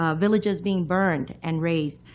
ah villages being burned and razed,